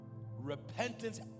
Repentance